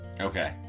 Okay